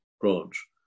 branch